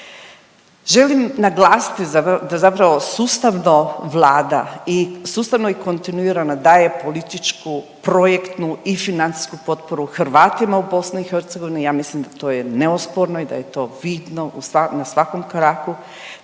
Želim naglasiti da zapravo sustavno Vlada i, sustavno i kontinuirano daje političku, projektnu i financijsku potporu Hrvatima u BiH, ja mislim to neosporno i da je to vidno na svakom koraku